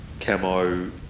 camo